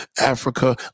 Africa